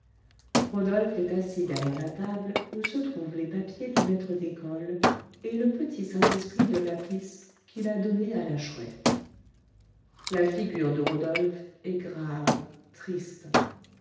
rodolphe est assis derrière la table où se trouvent les papiers du maître d'école et le petit saint-esprit de lapis qu'il a donné à la chouette la figure de rodolphe est grave triste